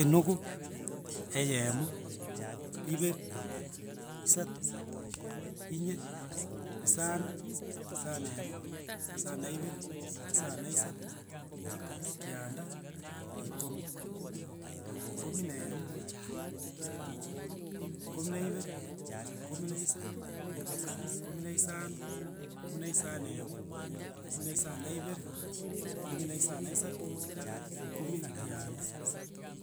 Enogo, eyemo, ibere, isato, inye, isano, isano na emo, isano na ibere, isano na isato, kianda, ikomi. Ikomi na emo, ibe ikomi na ibere, ikomi na isato, ikomo na isano, ikomi na isano na emo, ikomi na isano na ibere, ikomi na isano na isato ikomi na kianda,